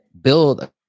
build